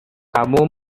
kamu